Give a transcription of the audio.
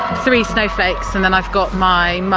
three snowflakes, and then i've got my mum,